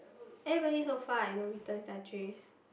everybody so far I know returns their trays